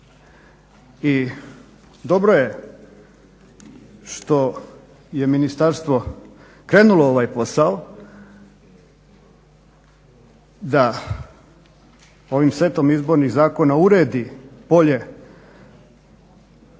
I dobro je što je ministarstvo krenulo u ovaj posao da ovim setom izbornih zakona uredi bolje